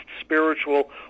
spiritual